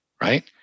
right